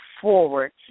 forward